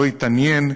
לא התעניין,